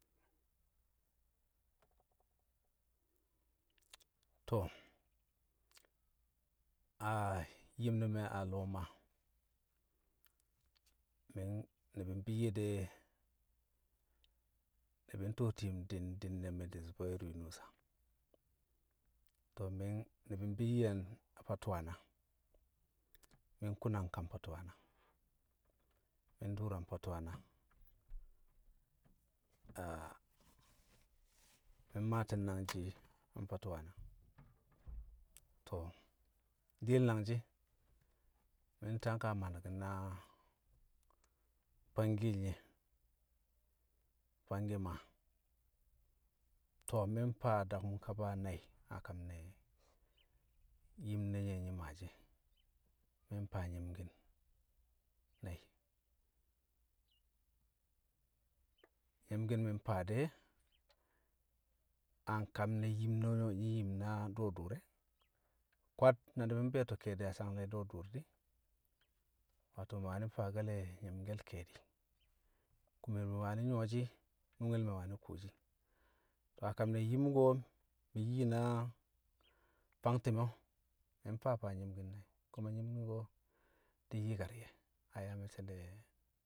To̱, Yim ne̱ a Lo̱o̱ Maa. Mi̱, ni̱bi̱ mbiyye de ni̱bi̱ ntuwoti̱ yu̱m din, din ne̱ me̱ di̱ Zubairu Mṵsa. To̱ ni̱bi̱ mbiyye̱ an Patu̱wana, mi̱ nkun a nkam Patu̱wana, mi̱ ndṵṵr an Patṵwana, mi̱ mmaati̱n nangji̱ an Patu̱wana. To̱ diyel nangshi̱ mi̱ ntangka maa naki̱n na fangkiye le̱ nye̱ Fangki Maa. To̱ mi̱ mfaa dakṵm kaba nai̱ a kam nẹ yim nẹ nye̱ nyi̱ maashi̱ e̱, mi̱ mfaa Cnai̱. Nyi̱mki̱n mi̱ mfaa de̱, a nkam ne̱ yim ne̱ nyẹ nyi̱ yim na du̱ro̱ du̱u̱r e̱, kwad na ni̱bi̱ mbi̱yo̱to̱ ke̱e̱di̱ a sang nẹ du̱ro̱ du̱u̱r di̱ wato mi̱ wani̱ faake̱le̱ nyi̱mke̱le̱ ke̱e̱di̱. Kumol me̱ wani̱ nyṵwo̱shi̱, nunge lẹ me̱ wani̱ kuwoshi a kam ne̱ yim ko̱ mi̱ nyi na fang ti̱me̱ o̱, mi̱ mfaa faa nyi̱mki̱n she̱, ku̱ma nyi̱mki̱n ko̱ di̱ yi̱kar yẹ a yaa me̱cce̱ le̱